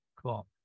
cool